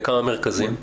לכמה מרכזים?